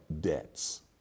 debts